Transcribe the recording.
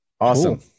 Awesome